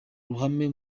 ruhame